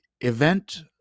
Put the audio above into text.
event